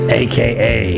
aka